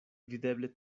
videble